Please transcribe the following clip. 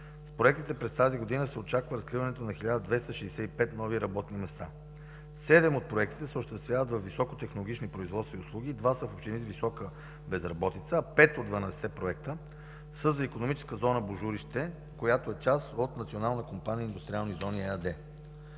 С проектите през тази година се очаква разкриването на 1265 нови работни места. Седем от проектите се осъществяват във високотехнологични производства и услуги, два са в общини с висока безработица, а пет от дванадесетте проекта са за „Икономическа зона Божурище”, която е част от